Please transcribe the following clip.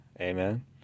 amen